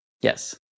Yes